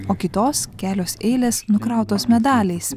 o kitos kelios eilės nukrautos medaliais